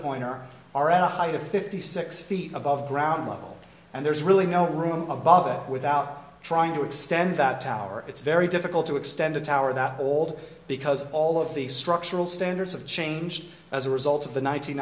height of fifty six feet above ground level and there's really no room above it without trying to extend that tower it's very difficult to extend a tower that old because all of the structural standards have changed as a result of the nine